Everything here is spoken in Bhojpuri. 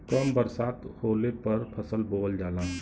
कम बरसात होले पर फसल बोअल जाला